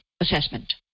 assessment